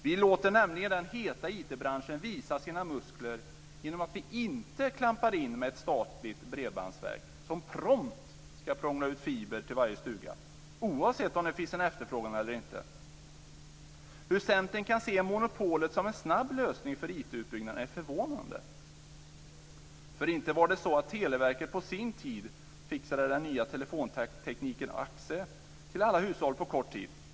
Vi låter nämligen den heta IT-branschen visa sina muskler genom att vi inte klampar in med ett statligt bredbandsverk som prompt ska prångla ut fiber till varje stuga, oavsett om det finns en efterfrågan eller inte. Hur Centern kan se monopolet som en snabb lösning för IT-utbyggnad är förvånande. Inte var det så att Televerket på sin tid fixade den nya telefontekniken AXE till alla hushåll på kort tid.